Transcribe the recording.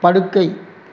படுக்கை